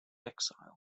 exile